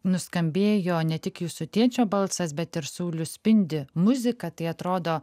nuskambėjo ne tik jūsų tėčio balsas bet ir saulius spindi muzika tai atrodo